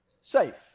safe